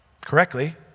Correctly